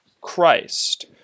Christ